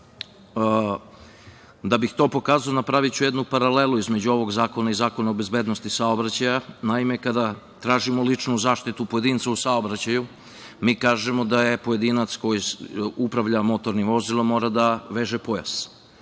bih to pokazao napraviću jednu paralelu između ovog zakona i Zakona o bezbednosti saobraćaja. Naime, kada tražimo ličnu zaštitu pojedinca u saobraćaju, mi kažemo da pojedinac koji upravlja motornim vozilom mora da veže pojas